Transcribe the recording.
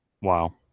Wow